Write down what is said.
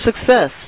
success